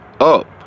up